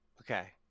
Okay